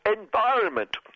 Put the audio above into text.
environment